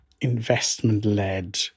investment-led